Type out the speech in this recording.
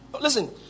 Listen